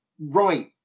right